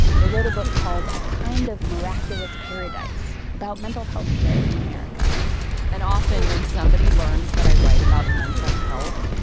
they wrote a book called a kind of mirraculas paradise about mental healthcare in america and often when somebody learns that i write about and mental health,